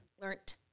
Learned